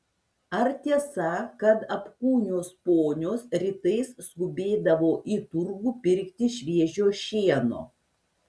ar tiesa kad apkūnios ponios rytais skubėdavo į turgų pirkti šviežio šieno